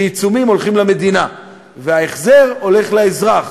כי עיצומים הולכים למדינה וההחזר הולך לאזרח.